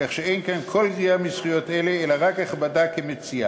כך שאין כאן כל פגיעה בזכויות אלה אלא רק הכבדה כמציע.